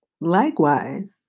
Likewise